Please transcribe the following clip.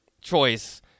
choice